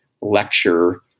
lecture